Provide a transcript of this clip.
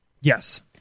Yes